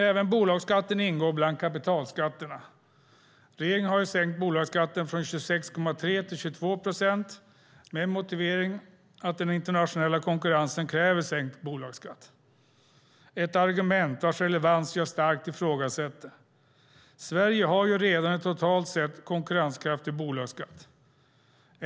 Även bolagsskatten ingår bland kapitalskatterna. Regeringen har sänkt bolagsskatten från 26,3 procent till 22 procent med motiveringen att den internationella konkurrensen kräver sänkt bolagsskatt. Det är ett argument vars relevans jag starkt ifrågasätter. Sverige hade redan en totalt sett konkurrenskraftig bolagsskatt.